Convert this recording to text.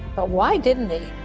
but why didn't he?